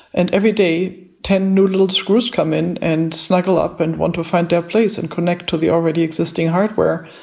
and every day, ten new little screws come in and snuggle up and want to find their place and connect to the already existing hardware,